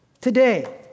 today